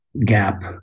gap